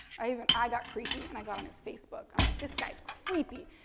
i mean i got creepy and i got on his facebook. i'm like, this guy's creepy.